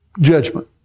judgment